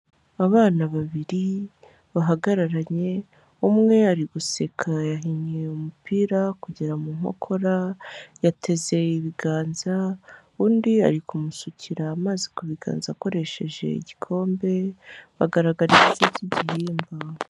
Abana babiri bahagararanye umwe ari guseka yahinnye umupira kugera mu nkokora yatezeye ibiganza, undi ari kumusukira amazi ku biganza akoresheje igikombe bagaragara igice k'igihimba.